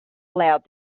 allowed